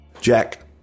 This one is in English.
Jack